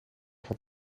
had